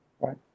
Right